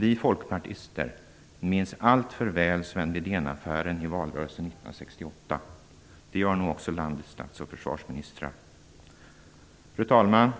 Vi folkpartister minns alltför väl Sven Wedén-affären i valrörelsen 1968. Det gör nog också landets statsminister och försvarsminister. Fru talman!